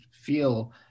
feel